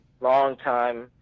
longtime